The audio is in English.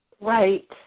Right